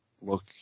look